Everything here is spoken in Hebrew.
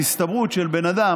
ההסתברות של בן אדם,